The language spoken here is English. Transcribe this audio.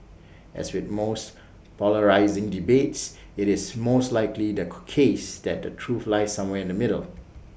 as with most polarising debates IT is most likely the case that the truth lies somewhere in the middle